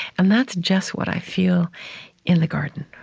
and that's just what i feel in the garden,